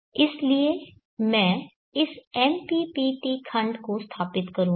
इसलिए मैं इस MPPT खंड को स्थापित करूंगा